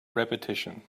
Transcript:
repetition